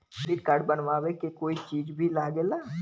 Credit card बनवावे के कोई चार्ज भी लागेला?